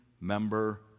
member